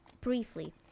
briefly